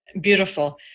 Beautiful